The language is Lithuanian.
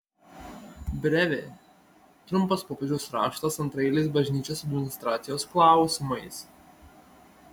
brevė trumpas popiežiaus raštas antraeiliais bažnyčios administracijos klausimais